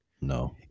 No